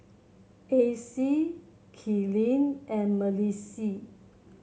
Acey Kaylyn and Malissie